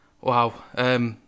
Wow